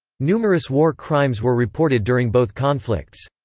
numerous war crimes were reported during both conflicts.